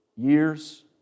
Years